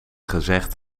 gezegd